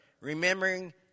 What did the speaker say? remembering